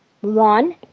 one